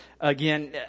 again